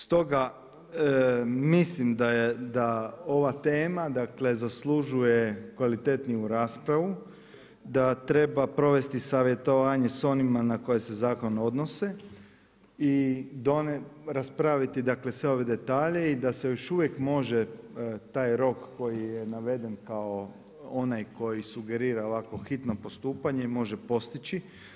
Stoga, mislim da ova tema, dakle zaslužuje kvalitetniju raspravu, da treba provesti savjetovanje sa onima na koje se zakon odnosi i raspraviti dakle sve ove detalje i da se još uvijek može taj rok koji je naveden kao onaj koji sugerira ovako hitno postupanje i može postići.